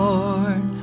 Lord